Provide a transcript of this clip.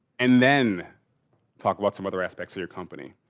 and then talk about some other aspects of your company.